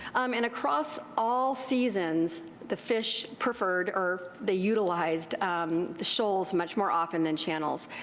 um and across all seasons the fish preferred or they utilized the shoals much more often than channels.